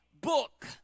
book